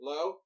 Low